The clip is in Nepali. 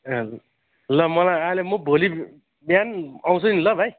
ए ल मलाई अहिले म भोलि बिहान आउँछु नि ल भाइ